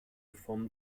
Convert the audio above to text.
formen